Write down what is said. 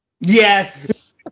Yes